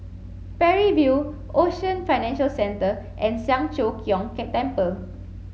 Parry View Ocean Financial Centre and Siang Cho Keong Temple